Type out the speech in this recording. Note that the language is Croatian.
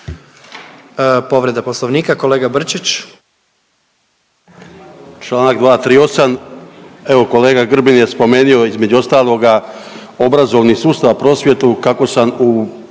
povreda Poslovnika. Kolega Prkačin